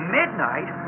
midnight